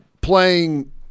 playing